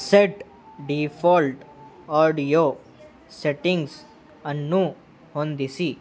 set default audio settings ಅನ್ನು ಹೊಂದಿಸಿ